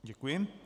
Děkuji.